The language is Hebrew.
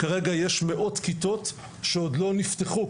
כרגע יש מאות כיתות שעוד לא נפתחו,